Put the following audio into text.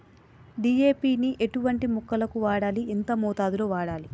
DAP ని ఎటువంటి మొక్కలకు వాడాలి? ఎంత మోతాదులో వాడాలి?